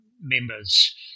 members